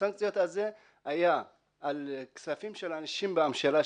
הסנקציות האלה היו על כספים של אנשים בממשלה,